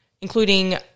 including